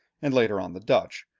and later on the dutch,